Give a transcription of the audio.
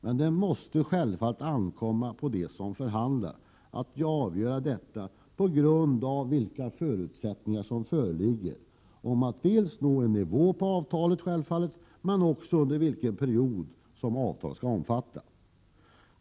Men det måste självfallet ankomma på dem som förhandlar att avgöra detta på grundval av de förutsättningar som föreligger i fråga om dels den nivå på vilken avtalet skall slutas, dels vilken period avtalet skall omfatta.